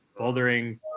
Bouldering